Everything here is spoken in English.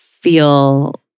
feel